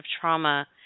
trauma